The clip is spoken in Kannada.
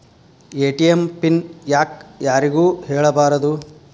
ಎ.ಟಿ.ಎಂ ಪಿನ್ ಯಾಕ್ ಯಾರಿಗೂ ಹೇಳಬಾರದು?